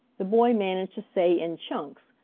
the boy managed to say in chunks,